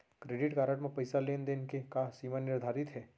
Credit card म पइसा लेन देन के का सीमा निर्धारित हे?